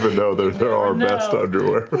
but know that there are best underwear.